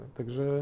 Także